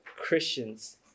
Christians